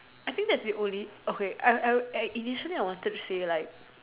I think that's the only okay I I eh initially wanted to say like